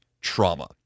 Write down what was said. trauma